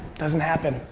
doesn't happen.